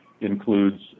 includes